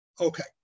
Okay